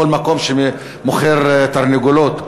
כל מקום שמוכר תרנגולות,